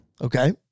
Okay